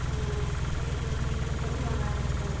ஆ சரிங்க மேம் எங்களுக்கு கொண்டு வாங்க அதை மட்டும்